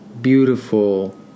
beautiful